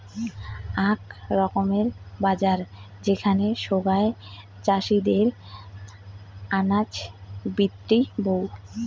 আক রকমের বাজার যেখানে সোগায় চাষীদের আনাজ বিক্রি হউ